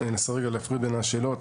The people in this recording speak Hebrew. אני אנסה רגע להפריד בין השאלות.